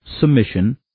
submission